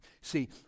See